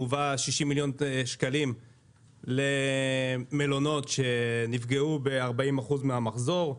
הובאו 60 מיליון שקלים למלונות שנפגעו ב-40% מן המחזור,